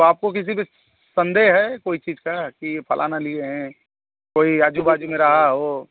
तो आपको किसी पर संदेह हे कोई चीज़ का की फ़लाना लिए हैं कोई आजू बाजु में रहा हो